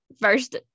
first